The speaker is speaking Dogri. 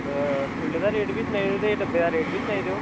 खुल्ले दा रेट बी सनाई ओड़ेओ ते डब्बे दा रेट बी सनाई ओड़ेओ